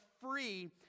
free